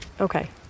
Okay